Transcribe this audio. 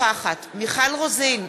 מיכל רוזין,